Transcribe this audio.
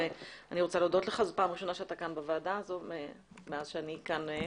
זאת הפעם הראשונה שאתה כאן בוועדה הזאת מאז שאני כאן,